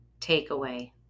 takeaway